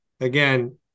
again